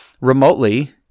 remotely